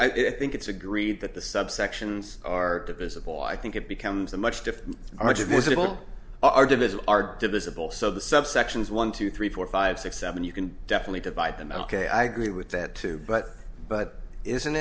i think it's agreed that the subsections are divisible i think it becomes a much different are just miserable our divisions are divisible so the subsections one two three four five six seven you can definitely divide them out k i agree with that too but but isn't